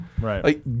Right